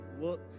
look